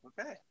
Okay